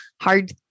hard